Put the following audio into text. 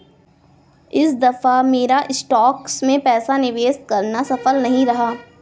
इस दफा मेरा स्टॉक्स में पैसा निवेश करना सफल नहीं रहा